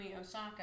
osaka